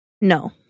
No